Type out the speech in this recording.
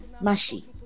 Mashi